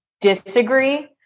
disagree